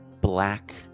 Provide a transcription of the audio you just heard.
black